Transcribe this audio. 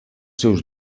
seus